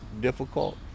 difficult